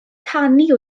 canu